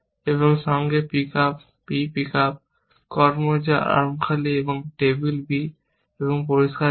এবং সঙ্গে b pick up কর্ম যা আর্ম খালি এবং টেবিল b এবং পরিষ্কার b